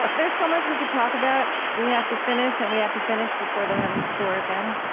but there's so much we could talk about. we have to finish, and we have to finish before the heavens pour again.